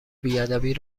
بیادبی